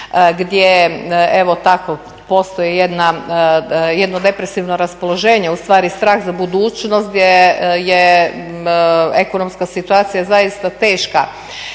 gdje evo tako postoji jedno depresivno raspoloženje, ustvari strah za budućnost gdje je ekonomska situacija zaista teška